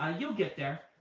ah you'll get there.